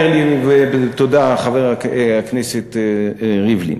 אומר לי, תודה, חבר הכנסת ריבלין.